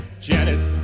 Janet